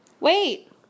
Wait